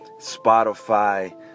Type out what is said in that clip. Spotify